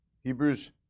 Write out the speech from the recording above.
Hebrews